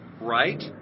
right